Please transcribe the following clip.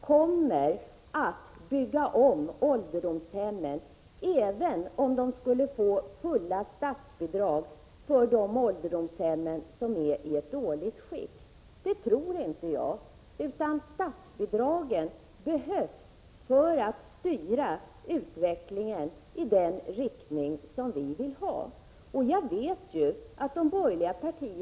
Statens ansvar fastslås i betänkandet. Efter den skrivningen vore det logiskt att utskottet förordade att staten skulle betala för omvårdnaden — kostnaden är drygt 10 milj.kr. på ett år.